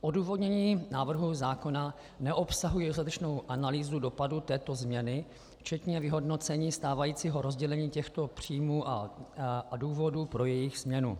Odůvodnění návrhů zákona neobsahuje dostatečnou analýzu dopadů této změny včetně vyhodnocení stávajícího rozdělení těchto příjmů a důvodů pro jejich změnu.